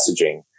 messaging